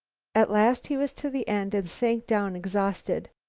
at last he was to the end and sank down exhausted.